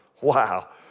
Wow